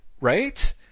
right